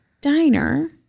diner